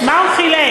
מה הוא חילק?